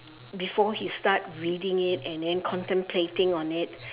before he start reading it and then contemplating on it